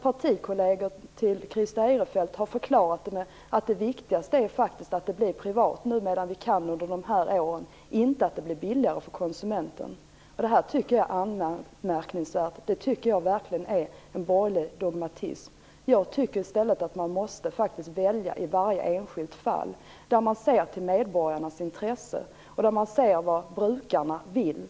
Partikolleger till Christer Eirefelt har förklarat det med att det viktigaste faktiskt är att det blir privat under de här åren, då det är möjligt, och inte att det blir billigare för konsumenten. Det är anmärkningsvärt. Det är verkligen en borgerlig dogmatism. Man måste faktiskt välja i varje enskilt fall och se till medborgarnas intresse. Och man skall se vad brukarna vill.